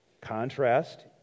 Contrast